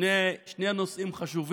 בן יגאל ושרה,